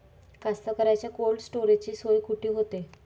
कास्तकाराइच्या कोल्ड स्टोरेजची सोय कुटी होते?